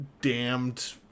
damned